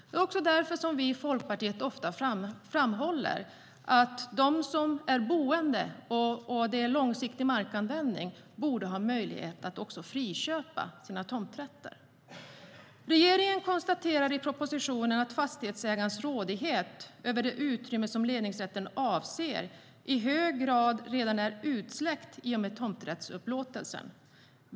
Det är också därför som vi i Folkpartiet ofta framhåller att boende, där det handlar om långsiktig markanvändning, borde ha möjlighet att också friköpa sina tomträtter. Regeringen konstaterar i propositionen att fastighetsägarens rådighet över det utrymme som ledningsrätten avser i hög grad redan är utsläckt i och med tomträttsupplåtelsen.